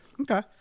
Okay